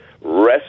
rest